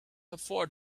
afford